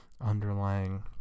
underlying